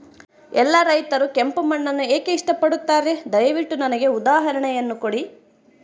ಎಲ್ಲಾ ರೈತರು ಕೆಂಪು ಮಣ್ಣನ್ನು ಏಕೆ ಇಷ್ಟಪಡುತ್ತಾರೆ ದಯವಿಟ್ಟು ನನಗೆ ಉದಾಹರಣೆಯನ್ನ ಕೊಡಿ?